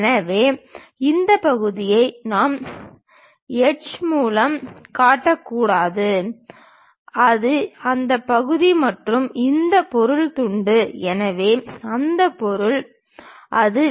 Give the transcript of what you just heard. எனவே இந்த பகுதியை நாம் எந்த ஹட்ச் மூலமும் காட்டக்கூடாது அது அந்த பகுதி மற்றும் இந்த பொருள் துண்டு எனவே அந்த பொருள் அது